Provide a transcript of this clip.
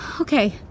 Okay